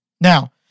Now